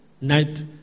night